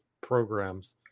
programs